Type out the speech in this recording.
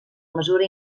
mesura